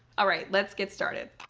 all right, let's get started.